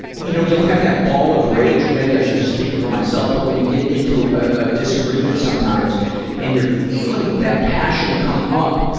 you know you'll have that ball of rage, or maybe i should just speak for myself, but when you get into a disagreement sometimes and you're feeling that passion come up,